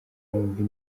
wumve